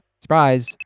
Surprise